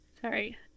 Sorry